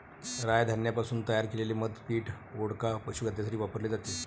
राय धान्यापासून तयार केलेले मद्य पीठ, वोडका, पशुखाद्यासाठी वापरले जाते